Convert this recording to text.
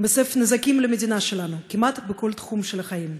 מסב נזקים למדינה שלנו כמעט בכל תחום של החיים.